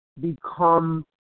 become